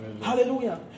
Hallelujah